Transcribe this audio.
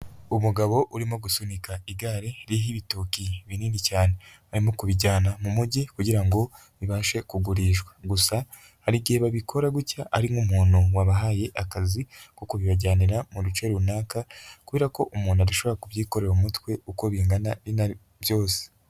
Umugabo urimo gusunika igare ririho ibitoki binini cyane arimo kubijyana mu mujyi kugira ngo bibashe kugurishwa, gusa hari igihe babikora gutya ari nk'umuntu wabahaye akazi ko kubibajyanira mu bice runaka kubera ko umuntu adashobora kubyikorera ku mutwe uko bingana byose.